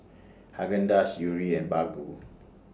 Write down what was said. Haagen Dazs Yuri and Baggu